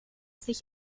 sich